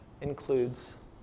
includes